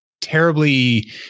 terribly